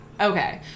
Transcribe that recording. okay